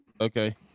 Okay